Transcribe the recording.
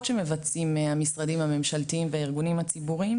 שמבצעים המשרדים הממשלתיים והארגונים הציבוריים,